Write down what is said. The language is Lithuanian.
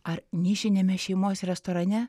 ar nišiniame šeimos restorane